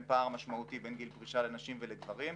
פער משמעותי בין גיל פרישה לנשים ולגברים.